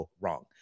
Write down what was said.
Wrong